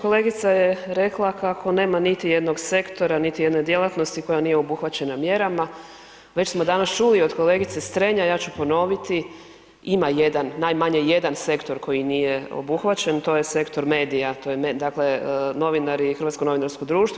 Kolegica je rekla kako nema niti jednog sektora, niti jedne djelatnosti koja nije obuhvaćena mjerama, već smo danas čuli od kolegice Strenja, ja ću ponoviti ima jedan, najmanje jedan sektor koji nije obuhvaćen, to je sektor medija, to je dakle novinari i Hrvatskog novinarsko društvo.